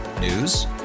News